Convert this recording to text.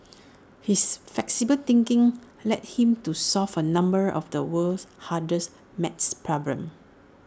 his flexible thinking led him to solve A number of the world's hardest math problems